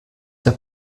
der